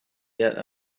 yet